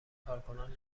کارکنان